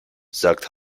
sagt